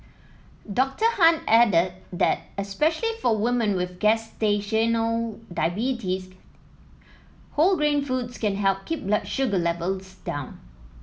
Doctor Han added that especially for women with gestational diabetes whole grain foods can help keep blood sugar levels down